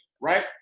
right